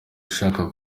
ushaka